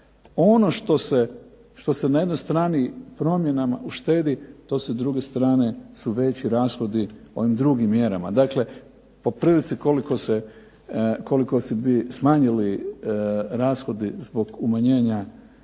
Ono što se na jednoj strani promjenama uštedi to su s druge strane su veći rashodi u onim drugim mjerama. Dakle, poprilici koliko bi smanjili se rashodi zbog umanjenja